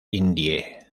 indie